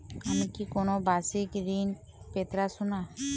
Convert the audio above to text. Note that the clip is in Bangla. আমি কি কোন বাষিক ঋন পেতরাশুনা?